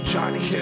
Johnny